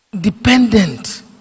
dependent